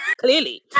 Clearly